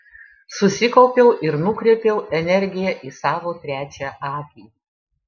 susikaupiau ir nukreipiau energiją į savo trečią akį